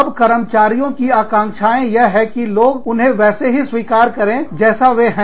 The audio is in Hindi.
अबकर्मचारियों की आकांक्षाएं यह है कि लोग उन्हें वैसे ही स्वीकार करें जैसा वे हैं